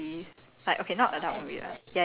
it's like how channel five only show